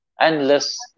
endless